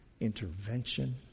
intervention